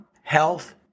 health